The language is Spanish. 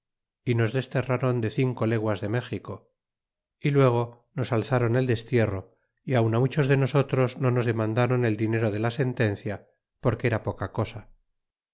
y nos desterrron de cinco leguas de méxico y luego nos alzáron el destierro y aun muchos de nosotros no nos demandron el dinero de la sentencia porque era poca cosa